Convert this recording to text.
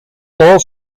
todos